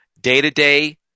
day-to-day